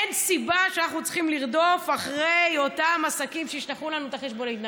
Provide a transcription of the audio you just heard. אין סיבה שאנחנו צריכים לרדוף אחרי אותם עסקים שישלחו לנו את החשבונית.